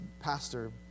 pastor